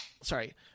sorry